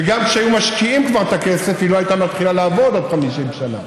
וגם כשכבר היו משקיעים את הכסף היא לא הייתה מתחילה לעבוד עוד 50 שנה.